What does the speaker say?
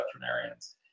veterinarians